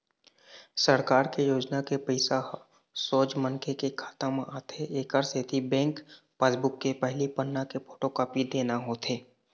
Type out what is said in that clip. सरकार के योजना के पइसा ह सोझ मनखे के खाता म आथे एकर सेती बेंक पासबूक के पहिली पन्ना के फोटोकापी देना होथे